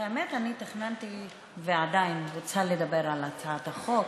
האמת, תכננתי ועדיין אני רוצה לדבר על הצעת החוק,